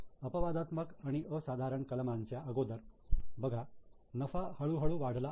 अपवादात्मक आणि असाधारण कलमांच्या अगोदर बघा नफा हळूहळू वाढला आहे